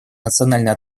национальной